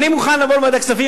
אני מוכן לבוא לוועדת הכספים,